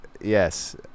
Yes